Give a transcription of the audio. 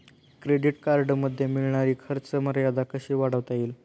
Credit कार्डमध्ये मिळणारी खर्च मर्यादा कशी वाढवता येईल?